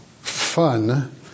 fun